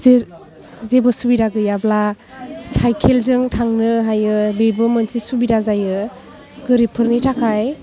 जेबो सुबिदा गैयाब्ला साइकेल जों थांनो हायो बेबो मोनसे सुबिदा जायो गोरिबफोरनि थाखाय